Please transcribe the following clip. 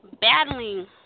battling